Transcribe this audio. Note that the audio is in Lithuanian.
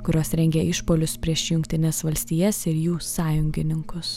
kurios rengia išpuolius prieš jungtines valstijas ir jų sąjungininkus